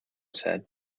said